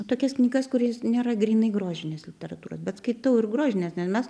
tokias knygas kurios nėra grynai grožinės literatūros bet skaitau ir grožinės nes mes